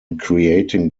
creating